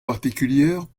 particulières